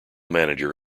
manager